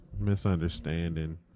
misunderstanding